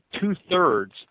two-thirds